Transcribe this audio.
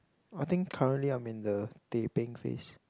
I think currently I'm in the teh peng phase